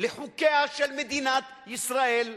לחוקיה של מדינת ישראל,